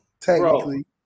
Technically